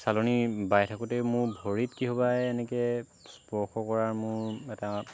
চালনী বাই থাকোতেই মোৰ ভৰিত কিহবাই এনেকে স্পৰ্শ কৰা মোৰ এটা